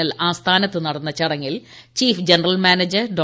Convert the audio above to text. L ആസ്യഥാനത്ത് നടന്ന ചടങ്ങിൽ ചീഫ് ജനറൽ മാനേജർ ഡോ